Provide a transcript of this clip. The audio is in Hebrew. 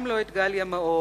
גם לא את גליה מאור,